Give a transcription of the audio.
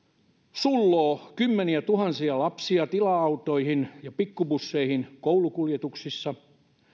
sulloo kymmeniätuhansia lapsia tila autoihin ja pikkubusseihin koulukuljetuksissa